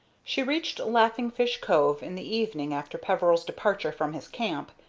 she reached laughing fish cove in the evening after peveril's departure from his camp,